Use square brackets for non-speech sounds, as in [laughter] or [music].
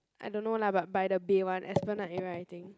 I don't know lah but by the bay one Esplanade [noise] area I think